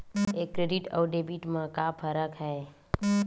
ये क्रेडिट आऊ डेबिट मा का फरक है?